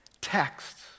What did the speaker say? texts